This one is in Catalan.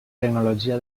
tecnologia